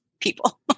people